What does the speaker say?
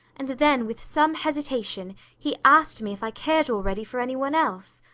and then with some hesitation he asked me if i cared already for any one else.